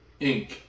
Inc